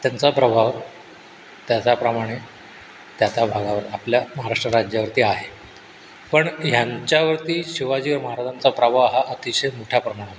त्यांचा प्रभाव त्या त्याप्रमाणे त्या त्या भागावर आपल्या महाराष्ट्र राज्यावरती आहे पण ह्यांच्यावरती शिवाजी महाराजांचा प्रभाव हा अतिशय मोठ्या प्रमाणात